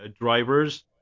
drivers